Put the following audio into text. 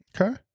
Okay